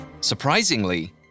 Surprisingly